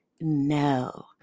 No